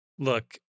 Look